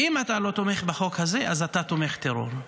אם אתה לא תומך בחוק הזה, אז אתה תומך טרור.